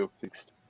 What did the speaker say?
fixed